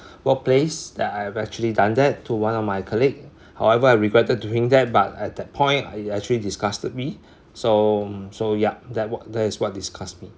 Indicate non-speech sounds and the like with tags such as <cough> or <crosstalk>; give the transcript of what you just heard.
<breath> workplace that I have actually done that to one of my colleague however I regretted doing that but at that point I actually disgusted me so so ya that wa~ that is what disgust me